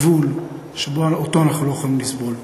גבול שאותו אנחנו לא יכולים לסבול.